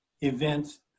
events